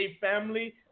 family